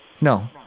No